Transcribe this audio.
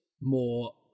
more